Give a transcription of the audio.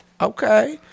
okay